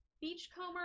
Beachcomber